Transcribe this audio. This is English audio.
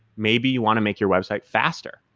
maybe you want to make your website faster.